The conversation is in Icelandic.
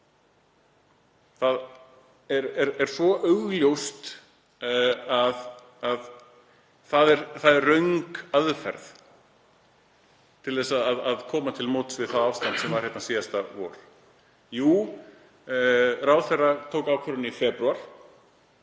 Það er svo augljóst að það er röng aðferð til að koma til móts við ástandið sem var hér síðasta vor. Ráðherra tók ákvörðun í febrúar,